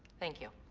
thank you.